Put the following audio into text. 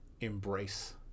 embrace